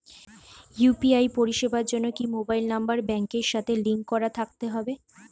UPI পরিষেবার জন্য কি মোবাইল নাম্বার ব্যাংকের সাথে লিংক করা থাকতে হবে?